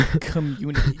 community